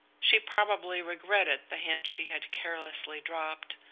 she probably regretted the hint she had carelessly dropped,